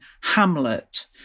Hamlet